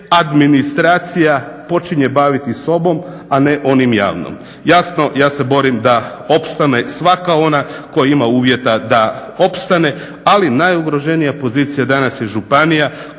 administracija počinje baviti sobom, a ne onim javnim. Jasno, ja se borim da opstane svaka ona koja ima uvjeta da opstane, ali najugroženija pozicija danas je županija